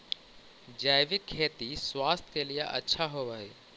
जैविक खेती स्वास्थ्य के लिए अच्छा होवऽ हई